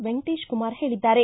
ವೆಂಕಟೇಶ ಕುಮಾರ್ ಹೇಳಿದ್ದಾರೆ